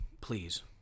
Please